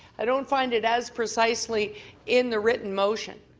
i don't find it as precisely in the written motion.